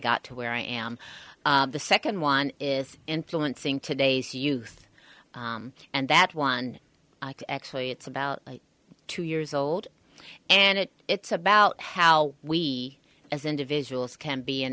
got to where i am the second one is influencing today's youth and that one actually it's about two years old and it it's about how we as individuals can be an